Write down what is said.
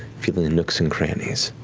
feeling the nooks and crannies,